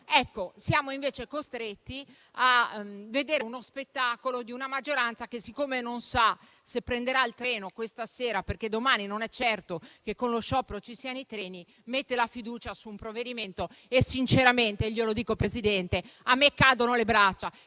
Siamo invece costretti a vedere lo spettacolo di una maggioranza che, siccome non sa se prenderà il treno questa sera, perché domani non è certo che con lo sciopero ci saranno i treni, mette la fiducia su un provvedimento. Glielo dico sinceramente, signor Presidente: a me cadono le braccia,